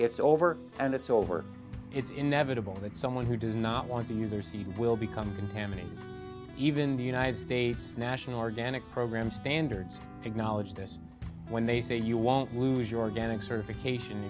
it's over and it's over it's inevitable that someone who does not want to use their seed will become contaminated even the united states national or gannet program standards acknowledge this when they say you won't lose your getting certification